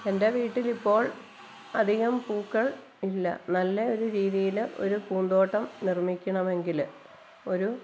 എന്റെ വീട്ടിലിപ്പോള് അധികം പൂക്കള് ഇല്ല നല്ല ഒരു രീതിയിൽ ഒരു പൂന്തോട്ടം നിര്മ്മിക്കണമെങ്കിൽ ഒരു